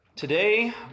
Today